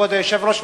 כבוד היושב-ראש,